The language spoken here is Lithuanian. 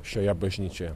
šioje bažnyčioje